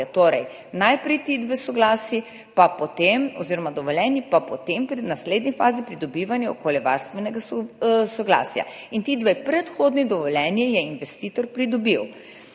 Torej, najprej ti dve soglasji oziroma dovoljenji, potem pa v naslednji fazi pridobivanje okoljevarstvenega soglasja. In ti dve predhodni dovoljenji je investitor pridobil.